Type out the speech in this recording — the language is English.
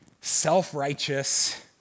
self-righteous